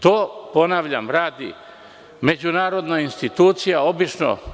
To, ponavljam, radi međunarodna institucija obično.